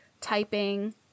typing